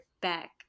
back